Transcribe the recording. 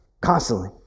constantly